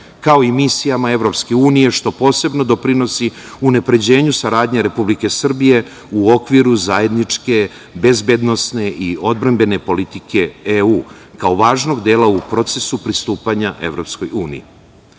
kao i misijama EU, što posebno doprinosi unapređenju saradnje Republike Srbije u okviru zajedničke bezbednosne i odbrambene politike EU, kao važnog dela u procesu pristupanja EU.Sve ovo